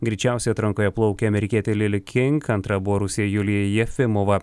greičiausiai atrankoje plaukė amerikietė lili king antra buvo rusė julija jefimova